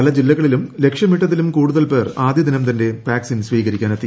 പല ജില്ലകളിലും ലക്ഷ്യമിട്ടതിലും കൂടുതൽ പേർ ആദ്യൂദ്ദിനം തന്നെ വാക്സിൻ സ്വീകരിക്കാനെത്തി